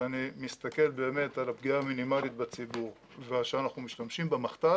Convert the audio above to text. אני מסתכל באמת על הפגיעה המינימלית בציבור וכשאנחנו משתמשים זה